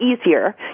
easier